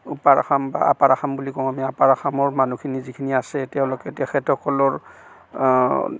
উপাৰ আসাম বা আপাৰ আসাম বুলি কওঁ আমি আমি আপাৰ আসামৰ মানুহখিনি যিখিনি আছে তেওঁলোকে তেখেতসকলৰ